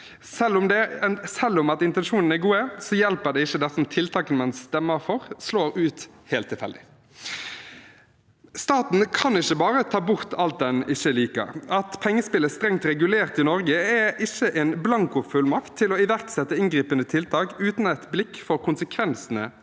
2018: «At intensjonene er gode, hjelper ikke dersom tiltakene man stemmer for, slår helt tilfeldig ut.» Staten kan ikke bare ta bort alt den ikke liker. At pengespill er strengt regulert i Norge, er ikke en blankofullmakt til å iverksette inngripende tiltak uten et blikk for konsekvensene av det.